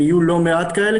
ויהיו לא מעט כאלה,